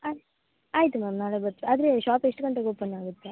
ಆಯ್ತು ಆಯಿತು ಮ್ಯಾಮ್ ನಾಳೆ ಬರ್ತೇ ಆದರೆ ಶಾಪ್ ಎಷ್ಟು ಗಂಟೆಗೆ ಓಪನ್ ಆಗುತ್ತೆ